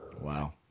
Wow